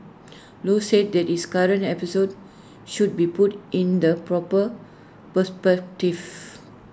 low said that this current episode should be put in the proper perspective